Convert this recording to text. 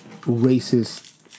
racist